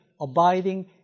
abiding